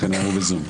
לכן אמרו בזום.